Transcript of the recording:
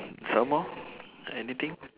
some more any thing